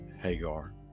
Hagar